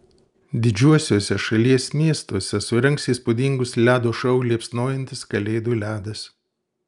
didžiuosiuose šalies miestuose surengs įspūdingus ledo šou liepsnojantis kalėdų ledas